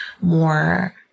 more